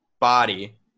body